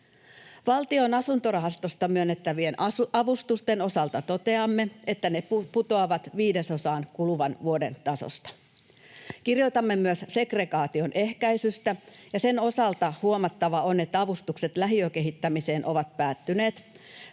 Valtion asuntorahastosta myönnettävien avustusten osalta toteamme, että ne putoavat viidesosaan kuluvan vuoden tasosta. Kirjoitamme myös segregaation ehkäisystä, ja sen osalta on huomattava, että avustukset lähiökehittämiseen ovat päättyneet.